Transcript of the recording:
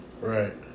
Right